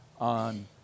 on